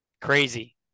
Crazy